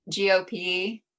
GOP